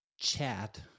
chat